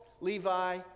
Levi